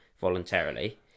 voluntarily